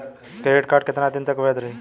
Credit card कितना दिन तक वैध रही?